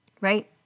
right